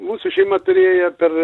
mūsų šeima turėjo per